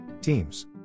Teams